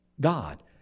God